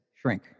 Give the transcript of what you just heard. shrink